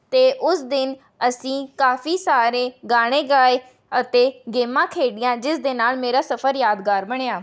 ਅਤੇ ਉਸ ਦਿਨ ਅਸੀਂ ਕਾਫ਼ੀ ਸਾਰੇ ਗਾਣੇ ਗਾਏ ਅਤੇ ਗੇਮਾਂ ਖੇਡੀਆਂ ਜਿਸਦੇ ਨਾਲ ਮੇਰਾ ਸਫ਼ਰ ਯਾਦਗਾਰ ਬਣਿਆ